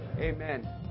amen